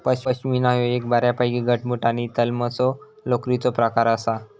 पश्मीना ह्यो एक बऱ्यापैकी घटमुट आणि तलमसो लोकरीचो प्रकार आसा